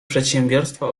przedsiębiorstwa